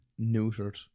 neutered